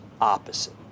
opposite